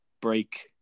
break